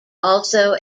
also